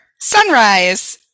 sunrise